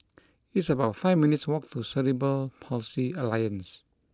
it's about five minutes' walk to Cerebral Palsy Alliance